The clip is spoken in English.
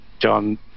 John